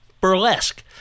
burlesque